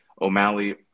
O'Malley